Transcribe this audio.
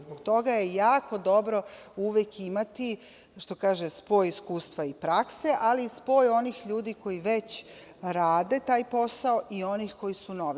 Zbog toga je jako dobro uvek imati, što kaže, spoj iskustva i prakse, ali i spoj onih ljudi koji već rade taj posao i onih koji su novi.